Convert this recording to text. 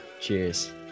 Cheers